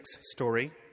story